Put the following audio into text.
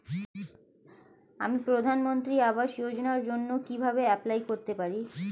আমি প্রধানমন্ত্রী আবাস যোজনার জন্য কিভাবে এপ্লাই করতে পারি?